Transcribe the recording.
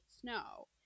snow